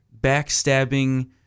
backstabbing